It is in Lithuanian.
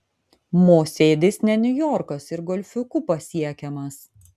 mosėdis ne niujorkas ir golfiuku pasiekiamas